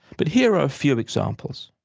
but here are a few examples.